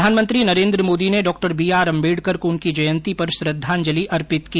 प्रधानमंत्री नरेन्द्र मोदी ने Dr B R Ambedkar को उनकी जयंती पर श्रद्धांजलि अर्पित की